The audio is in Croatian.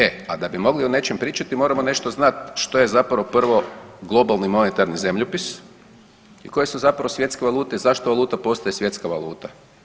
E, a da bi mogli o nečem pričati, moramo nešto znati što je zapravo prvo globalni monetarni zemljopis i koje su zapravo svjetske valute i zašto valuta postaje svjetska valuta.